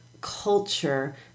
culture